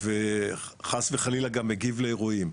וחס וחלילה גם מגיב לאירועים,